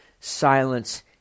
silence